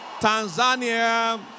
Tanzania